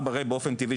באופן טבעי,